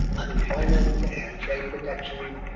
um unemployment, and trade protection,